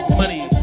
money